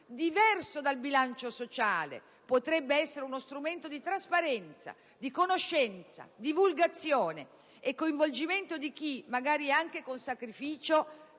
diverso dal bilancio sociale, potrebbe essere uno strumento di trasparenza, conoscenza, divulgazione e coinvolgimento di chi, forse anche con sacrificio